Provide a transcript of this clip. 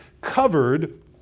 covered